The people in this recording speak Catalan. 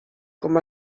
com